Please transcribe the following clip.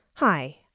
Hi